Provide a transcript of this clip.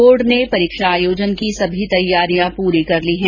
board ने परीक्षा आयोजन की सभी तैयारियां पूरी कर ली हैं